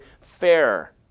fair